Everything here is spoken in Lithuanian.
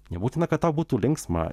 nebūtina kad tau būtų linksma